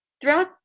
Throughout